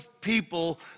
people